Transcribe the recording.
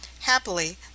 happily